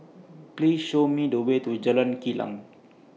Please Show Me The Way to Jalan Kilang